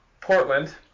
Portland